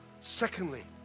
Secondly